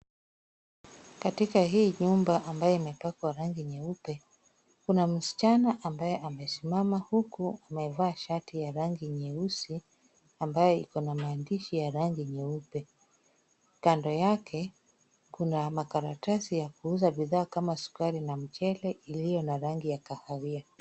Katika hii nyumba ambayo imepakwa rangi nyeupe, kuna msichana ambaye amesimama huku amevaa shati ya rangi nyeusi, ambayo iko na maandishi ya rangi nyeupe. Kando yake kuna makaratasi za kuuza bidhaa kama sukari na mchele iliyo na rangi ya kahawia.